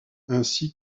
ainsi